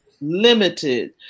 limited